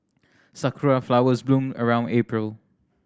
sakura flowers bloom around April